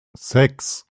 sechs